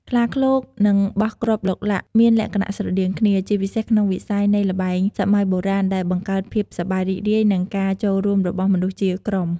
ខ្លាឃ្លោក និង បោះគ្រាប់ឡុកឡាក់ មានលក្ខណៈស្រដៀងគ្នា ជាពិសេសក្នុងវិស័យនៃល្បែងសម័យបុរាណដែលបង្កើតភាពសប្បាយរីករាយ និងការចូលរួមរបស់មនុស្សជាក្រុម។